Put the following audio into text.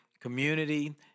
community